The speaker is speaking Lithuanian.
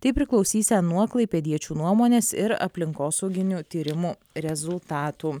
tai priklausę nuo klaipėdiečių nuomonės ir aplinkosauginių tyrimų rezultatų